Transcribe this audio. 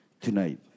tonight